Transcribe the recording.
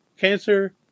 Cancer